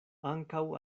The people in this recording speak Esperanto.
ankaŭ